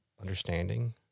understanding